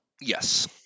Yes